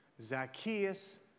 Zacchaeus